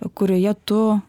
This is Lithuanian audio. kurioje tu